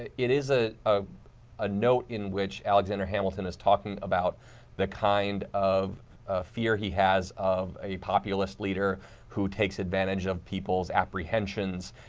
it it is ah ah a note in which alexander hamilton is talking about the kind of fear he has of a populist leader who takes advantage of people's apprehensions,